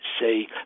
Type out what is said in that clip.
say